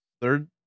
Third